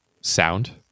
sound